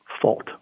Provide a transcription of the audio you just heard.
fault